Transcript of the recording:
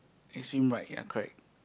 extreme right ya correct